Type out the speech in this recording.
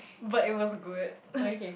but it was good